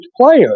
player